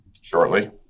Shortly